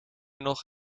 nog